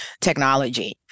technology